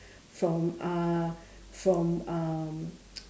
from uh from um